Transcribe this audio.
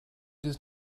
does